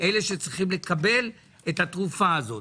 אלה שצריכים לקבל את התרופה הזאת.